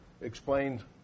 explained